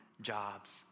jobs